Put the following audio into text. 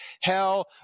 Hell